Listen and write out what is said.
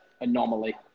anomaly